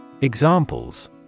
Examples